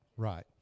right